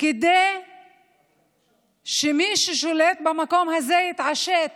כדי שמי ששולט במקום הזה יתעשת